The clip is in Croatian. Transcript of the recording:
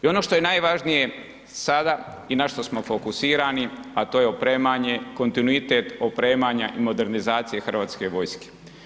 I ono što je najvažnije sada i na što smo fokusirani a to je opremanje, kontinuitet opremanja i modernizacije hrvatske vojske.